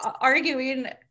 arguing